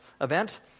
event